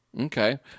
Okay